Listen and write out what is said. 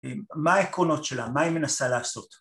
מה העקרונות שלה? מה היא מנסה לעשות?